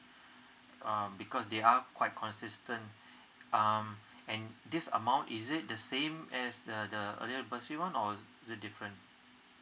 um because they are quite consistent um and this amount is it the same as the the earlier bursary one or is it different